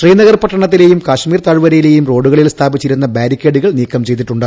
ശ്രീനഗർ പട്ടണത്തിലെയും കാശ്മീർ താഴ്വരയിലെയും റോഡുകളിൽ സ്ഥാപിച്ചിരുന്ന ബാരിക്കേഡുകൾ നീക്കം ചെയ്തിട്ടുണ്ട്